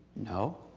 no.